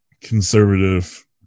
conservative